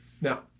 Now